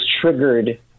triggered